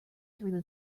through